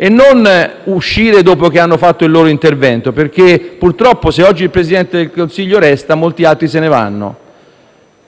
e non uscire dopo che hanno svolto il loro intervento, perché purtroppo se oggi il Presidente del Consiglio resta, molti altri se ne vanno.